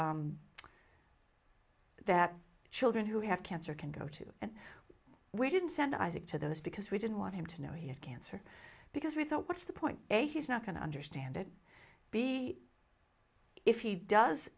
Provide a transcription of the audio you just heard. that children who have cancer can go to and we didn't send isaac to those because we didn't want him to know he had cancer because we thought what's the point a he's not going to understand it b if he does